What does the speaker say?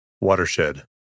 Watershed